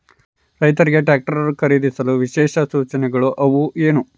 ರೈತರಿಗೆ ಟ್ರಾಕ್ಟರ್ ಖರೇದಿಸಲು ವಿಶೇಷ ಯೋಜನೆಗಳು ಅವ ಏನು?